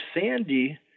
Sandy